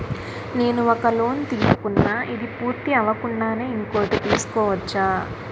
నేను ఒక లోన్ తీసుకున్న, ఇది పూర్తి అవ్వకుండానే ఇంకోటి తీసుకోవచ్చా?